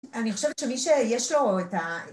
אני חושבת שמי שיש לו את ה...